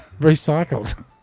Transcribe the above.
recycled